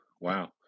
wow